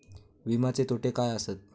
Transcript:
विमाचे तोटे काय आसत?